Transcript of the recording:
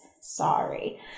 Sorry